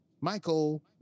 Michael